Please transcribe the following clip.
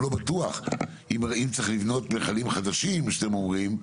ואם צריך לבנות מכלים חדשים, כמו שאתם אומרים,